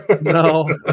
no